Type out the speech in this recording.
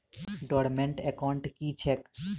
Dormant account की छैक?